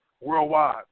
worldwide